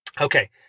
Okay